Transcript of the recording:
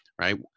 Right